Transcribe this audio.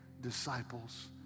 disciples